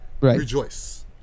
Rejoice